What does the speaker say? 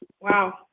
Wow